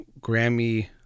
Grammy